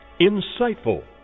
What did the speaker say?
insightful